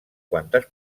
quantes